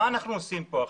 מה אנחנו עושים פה עכשיו?